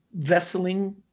vesseling